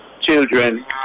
children